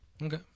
Okay